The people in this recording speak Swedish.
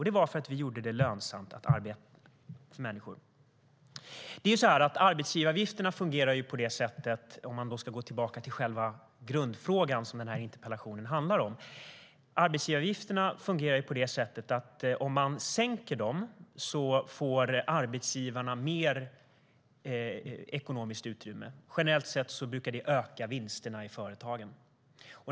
Det var för att vi gjorde det lönsamt för människor att arbeta. Om man ska gå tillbaka till själva grundfrågan som interpellationen handlar om fungerar arbetsgivaravgifterna på det sättet att om man sänker dem får arbetsgivarna mer ekonomiskt utrymme. Generellt sett brukar det öka vinsterna i företagen.